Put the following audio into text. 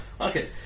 Okay